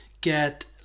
get